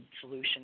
solution